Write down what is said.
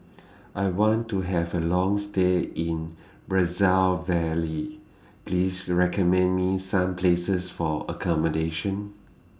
I want to Have A Long stay in Brazzaville Please recommend Me Some Places For accommodation